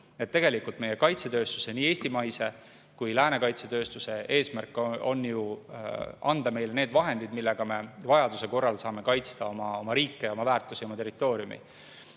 murda. Tegelikult meie kaitsetööstuse, nii eestimaise kui ka lääne kaitsetööstuse eesmärk on anda meile need vahendid, millega me vajaduse korral saame kaitsta oma riike, oma väärtusi, oma territooriumi.